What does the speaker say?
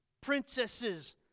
princesses